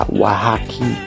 wahaki